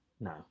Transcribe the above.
No